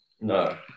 No